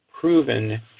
proven